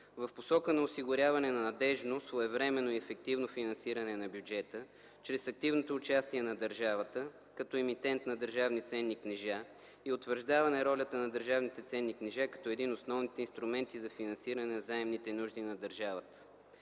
в посока на осигуряване на надеждност, своевременно и ефективно финансиране на бюджета чрез активното участие на държавата като емитент на държавни ценни книжа и утвърждаване ролята на държавните ценни книжа като един от основните инструменти за финансиране заемните нужди на държавата.